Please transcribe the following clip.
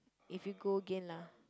if you go again lah